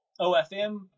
OFM